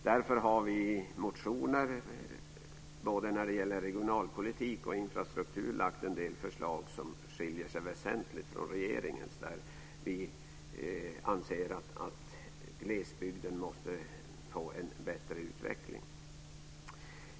Därför har vi i motioner när det gäller regionalpolitik och infrastruktur lagt fram en del förslag som skiljer sig väsentligt från regeringens förslag. Vi tycker att glesbygden måste få en bättre utveckling.